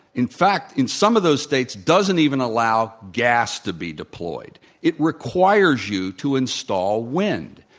in fact, in some of those states doesn't even allow gas to be deployed. it requires you to install wind.